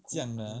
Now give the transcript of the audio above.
这样的 ah